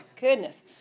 goodness